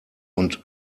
und